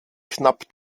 knapp